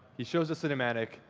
he shows the cinematic,